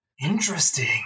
Interesting